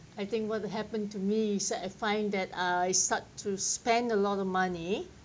I think what happened to me so I find that I start to spend a lot of money